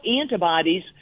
antibodies